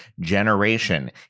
Generation